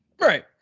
Right